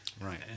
Right